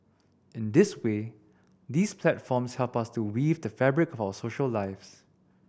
in this way these platforms help us to weave the fabric of our social lives